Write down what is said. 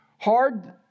hard